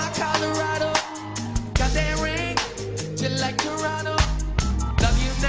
colorado got that ring just like toronto love you